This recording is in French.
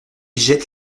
jette